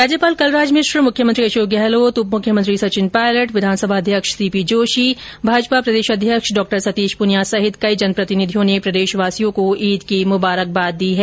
राज्यपाल कलराज मिश्र मुख्यमंत्री अशोक गहलोत उप मुख्यमंत्री सचिन पायलट विधानसभा अध्यक्ष C P Joshi Bharatiya Janata party के प्रदेश अध्यक्ष डासतीश पूनियाँ सहित कई जनप्रतिनिधियों ने प्रदेशवासियों को ईद की मुबारकबाद दी है